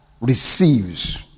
receives